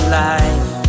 life